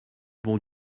bon